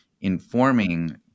informing